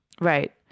right